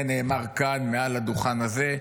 זה נאמר כאן מעל הדוכן הזה,